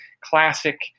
classic